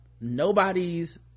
nobody's